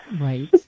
right